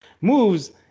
moves